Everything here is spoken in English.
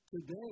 today